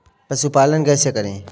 पशुपालन कैसे करें?